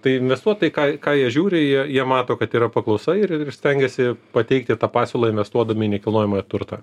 tai investuotojai ką ką jie žiūri jei jie mato kad yra paklausa ir ir stengiasi pateikti tą pasiūlą investuodami į nekilnojamąją turtą